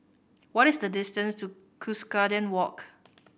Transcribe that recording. what is the distance to Cuscaden Walk